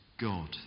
God